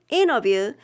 interview